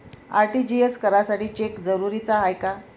RTGS करासाठी cheque जरुरीचा हाय काय?